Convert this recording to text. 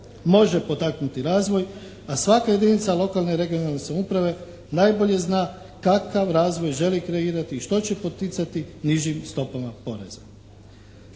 može potaknuti razvoj a svaka jedinica lokalne i regionalne samouprave najbolje zna kakav razvoj želi kreirati i što će poticati nižim stopama poreza.